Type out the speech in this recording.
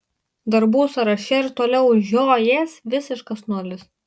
darbų sąraše ir toliau žiojės visiškas nulis